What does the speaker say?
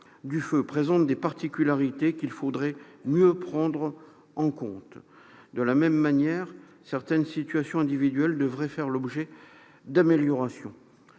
du feu présente en effet des particularités qu'il faudrait mieux prendre en compte. De la même manière, certaines situations individuelles devraient faire l'objet d'améliorations.